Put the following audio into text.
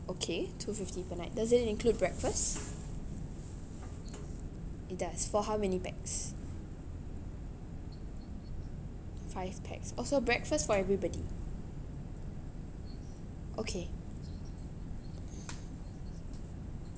okay two fifty per night does it include breakfast it does for how many pax five pax oh so breakfast for everybody okay